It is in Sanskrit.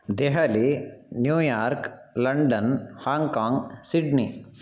Delhi New York London Hong Kong Sydney